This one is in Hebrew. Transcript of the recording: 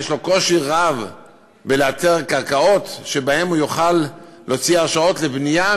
יש לו קושי רב לאתר קרקעות שעליהן הוא יוכל להוציא הרשאות לבנייה,